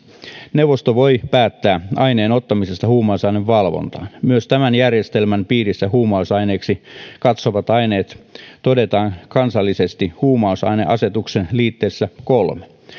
neuvosto voi päättää aineen ottamisesta huumausainevalvontaan myös tämän järjestelmän piirissä huumausaineiksi katsotut aineet todetaan kansallisesti huumausaineasetuksen liitteessä kolme